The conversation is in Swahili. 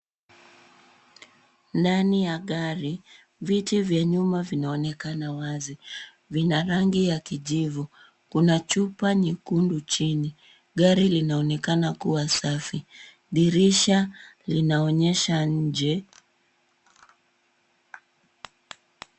Ndani ya gari viti vya nyuma vinaonekana wazi. Vina rangi ya kijivu. Kuna chupa nyekundu chini. Gari linaonekana kuwa safi. Dirisha linaonyesha nje.